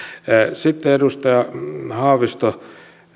sitten edustaja haavisto